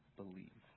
believe